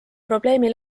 probleemi